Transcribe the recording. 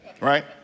right